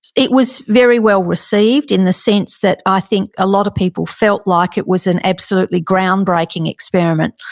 it was very well received in the sense that i think a lot of people felt like it was an absolutely groundbreaking experiment.